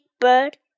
bird